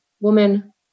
Woman